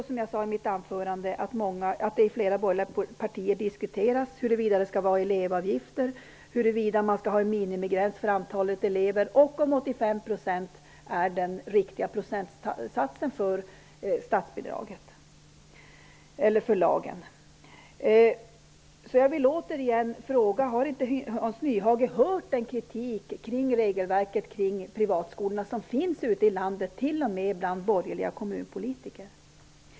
Som jag sade i mitt anförande vet vi också att det i flera borgerliga partier diskuteras huruvida det skall vara elevavgifter, huruvida man skall ha en minimigräns för antalet elever och om 85 % är den riktiga procentsatsen för statsbidraget eller lagen. Jag vill återigen fråga om inte Hans Nyhage har hört den kritik mot regelverket kring privatskolorna som finns ute i landet, t.o.m. bland borgerliga kommunpolitiker.